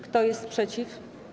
Kto jest przeciw?